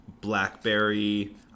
blackberry